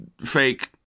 fake